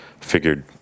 figured